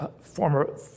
former